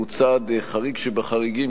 היא צעד חריג שבחריגים,